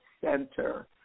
center